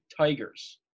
Tigers